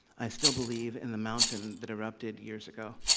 i still believe in the mountain that erupted years ago.